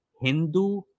Hindu